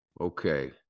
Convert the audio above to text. Okay